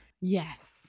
yes